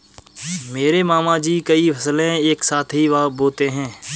मेरे मामा जी कई फसलें एक साथ ही बोते है